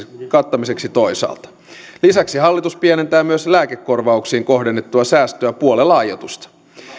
kattamiseksi toisaalta lisäksi hallitus pienentää myös lääkekorvauksiin kohdennettua säästöä puolella aiotusta